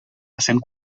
essent